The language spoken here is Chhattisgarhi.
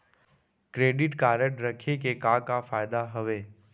क्रेडिट कारड रखे के का का फायदा हवे?